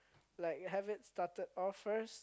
like have it started off first